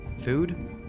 Food